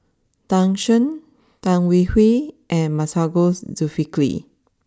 Tan Shen Tan Hwee Hwee and Masagos Zulkifli